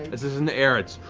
as it's in the air, its